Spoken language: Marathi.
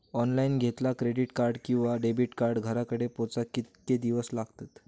ऑनलाइन घेतला क्रेडिट कार्ड किंवा डेबिट कार्ड घराकडे पोचाक कितके दिस लागतत?